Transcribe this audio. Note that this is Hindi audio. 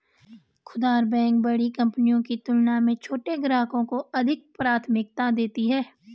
खूदरा बैंक बड़ी कंपनियों की तुलना में छोटे ग्राहकों को अधिक प्राथमिकता देती हैं